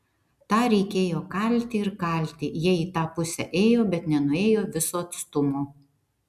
tą reikėjo kalti ir kalti jie į tą pusę ėjo bet nenuėjo viso atstumo